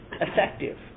effective